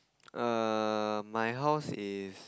um my house is